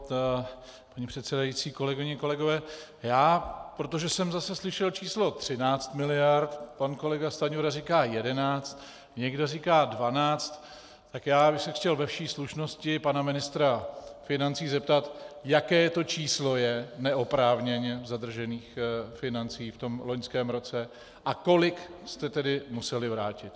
Paní předsedající, kolegyně, kolegové, protože jsem zase slyšel číslo 13 mld., pan kolega Stanjura říká 11, někdo říká 12, tak já bych se chtěl ve vší slušnosti pana ministra financí zeptat, jaké to číslo je neoprávněně zadržených financí v tom loňském roce a kolik jste tedy museli vrátit.